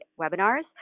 webinars